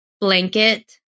blanket